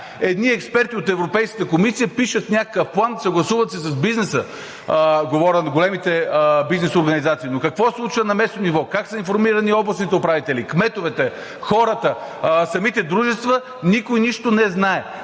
Едни експерти от Европейската комисия пишат някакъв план, съгласуват се с бизнеса – говоря за големите бизнес организации, но какво се случва на местно ниво, как са информирани областните управители, кметовете, хората, самите дружества – никой нищо не знае.